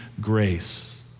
grace